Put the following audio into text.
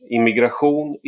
Immigration